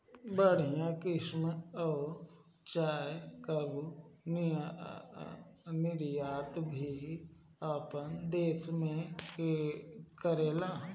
बढ़िया किसिम कअ चाय कअ निर्यात भी आपन देस करेला